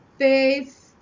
face